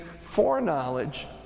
foreknowledge